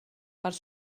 part